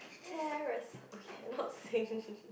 terrace oh cannot sing